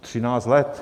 Třináct let!